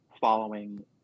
following